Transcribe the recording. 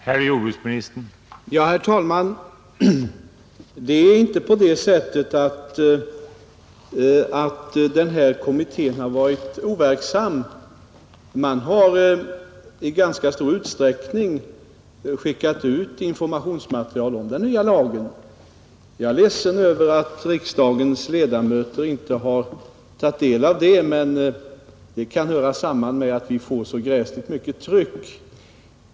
Herr talman! Den här kommittén har faktiskt inte varit overksam. Den har i ganska stor utsträckning skickat ut informationsmaterial om den nya lagen. Jag är ledsen över att riksdagens ledamöter inte har tagit del av det, men det kan höra samman med att vi får så oerhört mycket tryck.